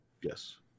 Yes